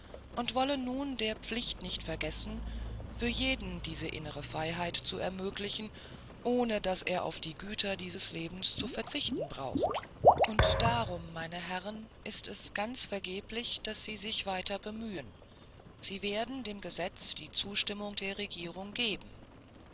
und wollen nun der pflicht nicht vergessen für jeden diese innere freiheit zu ermöglichen ohne daß er auf die güter dieses lebens zu verzichten braucht und darum meine herren ist es ganz vergeblich daß sie sich weiter bemühen sie werden dem gesetz die zustimmung der regierung geben